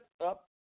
up